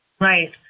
Right